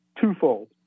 twofold